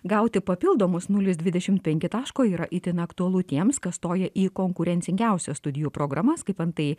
gauti papildomus nulis dvidešimt penkis taško yra itin aktualu tiems kas stoja į konkurencingiausias studijų programas kaip antai